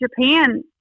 Japan